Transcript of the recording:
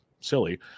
silly